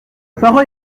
parole